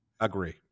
Agree